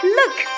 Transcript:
Look